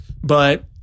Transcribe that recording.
but-